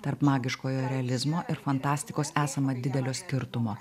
tarp magiškojo realizmo ir fantastikos esama didelio skirtumo